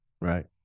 Right